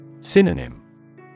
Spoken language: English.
Synonym